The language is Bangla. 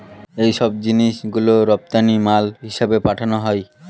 এইসব জিনিস গুলো রপ্তানি মাল হিসেবে পাঠানো হয়